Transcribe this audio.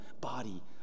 body